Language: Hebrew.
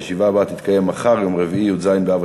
הישיבה הבאה תתקיים מחר, יום רביעי, י"ז באב